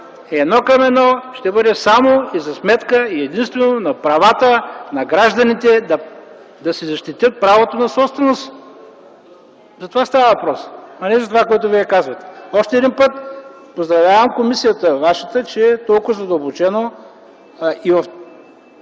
1:1 ще бъде само за сметка и единствено на правата на гражданите да си защитят правото на собственост. За това става въпрос. А не това, за което Вие казвате. Още един път поздравявам вашата комисия, че толкова задълбочено и в толкова